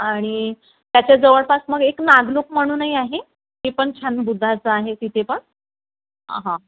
आणि त्याच्या जवळपास मग एक नागलोक म्हणूनही आहे ते पण छान बुद्धाचं आहे तिथे पण हां